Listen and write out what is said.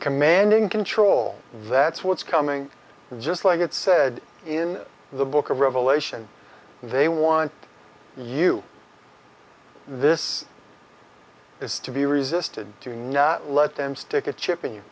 commanding control that's what's coming just like it said in the book of revelation they want you this it's to be resisted to not let them stick a chip in you